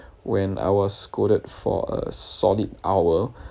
when I was scolded for a solid hour